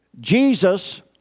Jesus